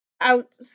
out